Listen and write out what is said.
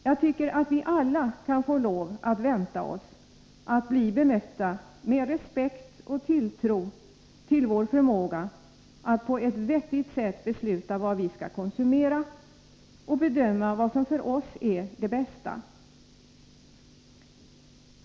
Jag tycker att vi alla kan få lov att vänta oss att bli bemötta med respekt och tilltro till vår förmåga att på ett vettigt sätt besluta vad vi skall konsumera och bedöma vad som för oss är det bästa.